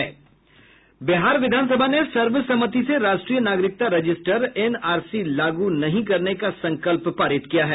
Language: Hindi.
बिहार विधानसभा ने सर्वसम्मति से राष्ट्रीय नागरिकता रजिस्टर एनआरसी लागू नहीं करने का संकल्प पारित किया है